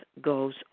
goes